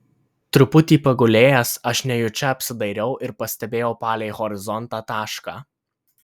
truputį pagulėjęs aš nejučia apsidairiau ir pastebėjau palei horizontą tašką